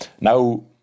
now